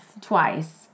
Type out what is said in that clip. twice